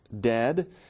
dead